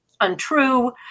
untrue